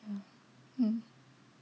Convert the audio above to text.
mm